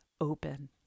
open